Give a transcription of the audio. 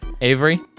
Avery